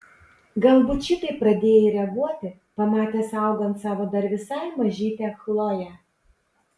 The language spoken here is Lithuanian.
galbūt šitaip pradėjai reaguoti pamatęs augant savo dar visai mažytę chloję